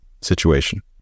situation